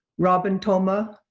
robin toma,